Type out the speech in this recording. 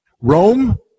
Rome